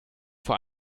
vor